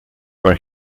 where